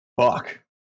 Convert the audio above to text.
Fuck